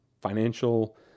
financial